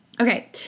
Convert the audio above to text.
Okay